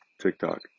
TikTok